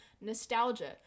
nostalgia